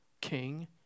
king